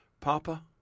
Papa